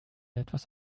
etwas